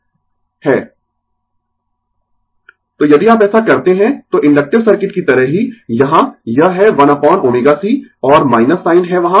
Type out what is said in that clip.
Refer Slide Time 2043 तो यदि आप ऐसा करते है तो इन्डक्टिव सर्किट की तरह ही यहां यह है 1 अपोन ω c और साइन है वहां